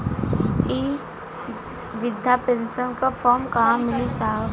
इ बृधा पेनसन का फर्म कहाँ मिली साहब?